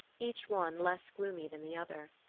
each one less gloomy than the other.